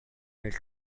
nel